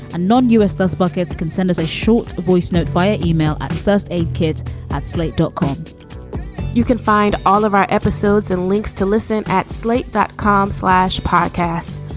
and non-u s does buckets can send us a short voice. note via email at first aid kids at slate dot com you can find all of our episodes and links to listen at slate dot com slash podcast.